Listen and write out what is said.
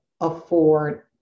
afford